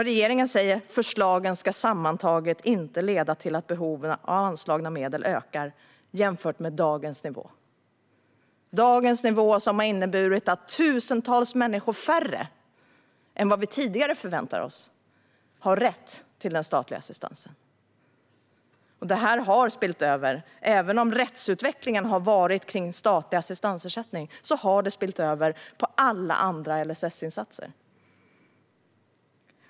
Regeringen säger: Förslagen ska sammantaget inte leda till att behoven av anslagna medel ökar jämfört med dagens nivå. Dagens nivå har ju inneburit att tusentals människor färre än förväntat har rätt till statlig assistans, och även om rättsutvecklingen har handlat om statlig assistansersättning har detta spillt över på alla andra LSS-insatser.